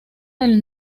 del